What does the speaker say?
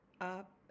up